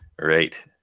Right